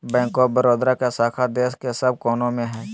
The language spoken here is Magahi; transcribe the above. बैंक ऑफ बड़ौदा के शाखा देश के सब कोना मे हय